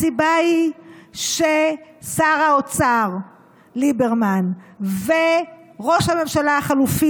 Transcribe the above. הסיבה היא ששר האוצר ליברמן וראש הממשלה החלופי